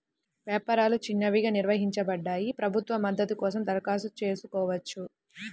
వ్యాపారాలు చిన్నవిగా నిర్వచించబడ్డాయి, ప్రభుత్వ మద్దతు కోసం దరఖాస్తు చేసుకోవచ్చు